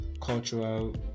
cultural